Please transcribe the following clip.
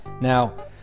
now